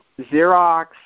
Xerox